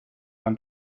than